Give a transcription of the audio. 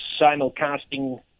simulcasting